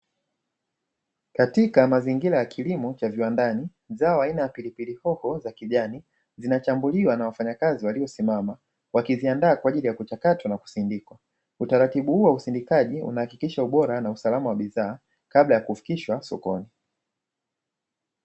Katika mazingira ya kilimo cha viwandani, zao aina ya pilipili hoho za kijani, zinachambuliwa na wafanyakazi waliosimama, wakiziandaa kwa ajili ya kuchakatwa na kusindikwa. Utaratibu huu wa usindikaji, unahakikisha ubora na usalama wa bidhaa kabla ya kufikishwa sokoni.